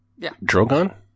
Drogon